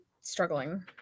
struggling